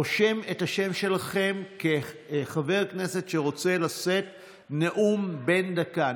רושמת את השם שלכם כחבר כנסת שרוצה לשאת נאום בן דקה.